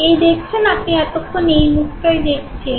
এই দেখছেন আপনি এতক্ষণ এই মুখটাই দেখছিলেন